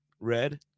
red